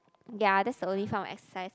ya that's the only form of exercise